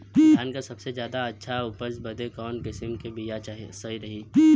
धान क सबसे ज्यादा और अच्छा उपज बदे कवन किसीम क बिया सही रही?